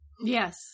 Yes